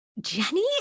Jenny